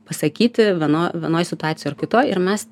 pasakyti vieno vienoj situacijoj ar kitoj ir mes